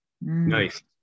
nice